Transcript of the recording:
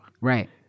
Right